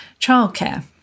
childcare